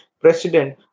president